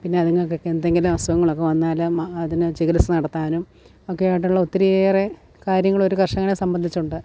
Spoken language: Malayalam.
പിന്നെ അതിങ്ങൾക്കൊക്കെ എന്തെങ്കിലും അസുഖങ്ങളൊക്കെ വന്നാൽ അതിന് ചികിത്സ നടത്താനും ഒക്കെയായിട്ടുള്ള ഒത്തിരിയേറെ കാര്യങ്ങൾ ഒരു കർഷകനെ സംബന്ധിച്ചുണ്ട്